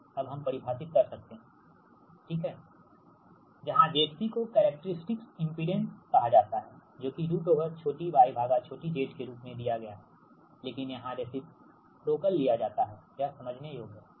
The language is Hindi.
अब हम परिभाषित कर सकते है I 1ZCC1eγx C2e γx जहा ZC को कैरेक्टरिस्टिक इंपेडेंस कहा जाता हैजो की रुट ओवर छोटी y भागा छोटी z के रूप में दिया गया हैलेकिन यहा रेसिप्रोकल लिया जाता है यह समझने योग्य ठीक